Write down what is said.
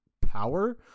power